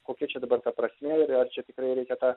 kokia čia dabar ta prasmė ir ar čia tikrai reikia tą